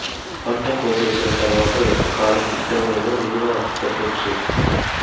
పంట కోసేసిన తర్వాత ఎంతకాలం గిడ్డంగులలో నిలువ పెట్టొచ్చు?